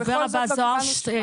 תודה רבה.